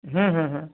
হুম হুম হুম